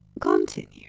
Continue